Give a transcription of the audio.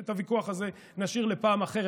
את הוויכוח הזה נשאיר לפעם אחרת.